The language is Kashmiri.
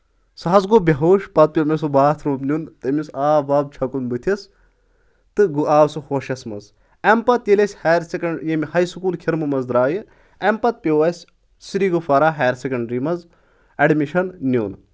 سُہ حظ گوٚو بےٚ ہوش پتہٕ پیوٚو مےٚ سُہ باتھروٗم نیُن تٔمِس آب واب چھوٚکُن بٕتھِس تہٕ گوٚو آو سُہ ہوشس منٛز اَمہِ پَتہٕ ییٚلہِ أسۍ ہایر سیٚکنڈ ییٚمہِ ہاے سکوٗل کھِرمہٕ منٛز درٛایہِ اَمہِ پتہٕ پیوٚو اسہِ سری گُفرہ ہایر سیکنڈری منٛز ایڈمِشن نِیُن